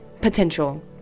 potential